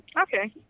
okay